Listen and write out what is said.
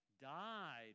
Died